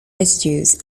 residues